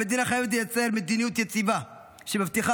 המדינה חייבת לייצר מדיניות יציבה שמבטיחה